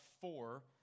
four